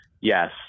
Yes